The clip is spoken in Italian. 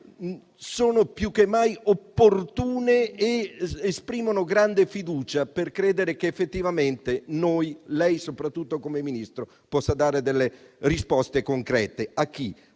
sono più che mai opportune ed ispirano grande fiducia per credere che effettivamente lei, come Ministro, possa dare delle risposte concrete